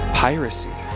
piracy